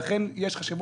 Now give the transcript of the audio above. לכן יש חשיבות.